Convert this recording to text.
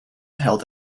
held